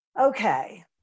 Okay